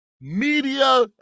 media